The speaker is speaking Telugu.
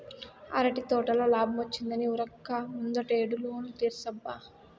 అరటి తోటల లాబ్మొచ్చిందని ఉరక్క ముందటేడు లోను తీర్సబ్బా